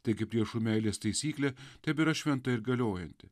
taigi priešų meilės taisyklė tebėra šventa ir galiojanti